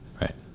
Right